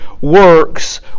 works